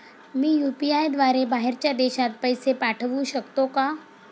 मी UPI द्वारे बाहेरच्या देशात पैसे पाठवू शकतो का?